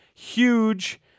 huge